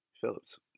Phillips